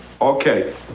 Okay